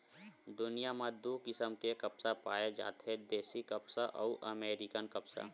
दुनिया म दू किसम के कपसा पाए जाथे देसी कपसा अउ अमेरिकन कपसा